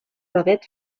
rodet